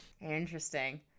Interesting